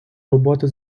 робота